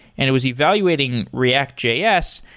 and it was evaluating react js,